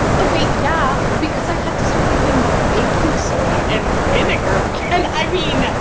okay, yeah. because i had to start using baking soda and vinegar. and, i mean,